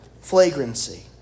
flagrancy